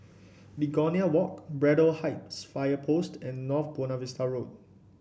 Begonia Walk Braddell Heights Fire Post and North Buona Vista Road